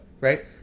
Right